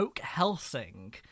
helsing